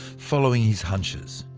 following his hunches.